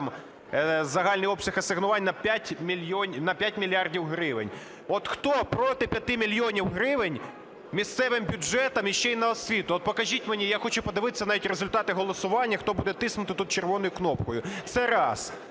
загальний обсяг асигнувань на 5 мільярдів гривень. От хто проти 5 мільйонів гривень місцевим бюджетам і ще і на освіту? От покажіть мені, я хочу подивитися навіть результати голосування, хто буде тиснути тут червону кнопку. Це раз.